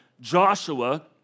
Joshua